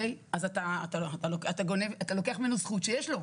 אתה לוקח ממנו זכות שיש לו.